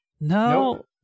no